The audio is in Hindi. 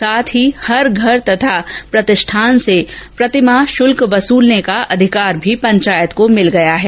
साथ ही हर घर तथा प्रतिष्ठान से प्रति माह शुल्क वसूलने का अधिकार भी पंचायत केो मिल गया है